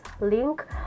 link